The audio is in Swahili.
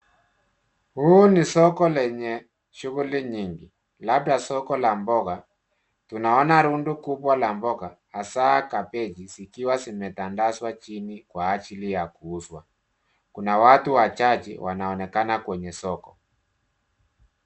Huu ni soko lenye shughuli nyingi labda soko la mboga. Tunaona rundo kubwa la mboga hasaa kabechi, zikiwa zimetandazwa chini kwa ajili ya kuuzwa. Kuna watu wachache wanaonekana kwenye soko.